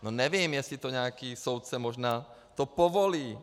No, nevím, jestli to nějaký soudce možná povolí.